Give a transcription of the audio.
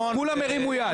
כולם הרימו יד.